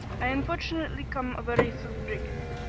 i unfortunately come of a race of brigands.